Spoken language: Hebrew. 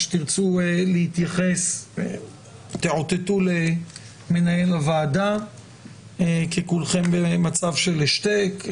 כשתרצו להתייחס תאותתו למנהל הוועדה כי כולכם במצב של השתק.